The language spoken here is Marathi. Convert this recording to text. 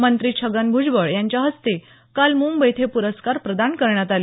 मंत्री छगन भुजबळ यांच्या हस्ते काल मुंबईत हे पुरस्कार प्रदान करण्यात आले